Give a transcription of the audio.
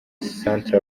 centre